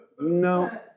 no